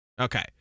Okay